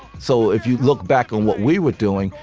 so if you look back on what we were doing,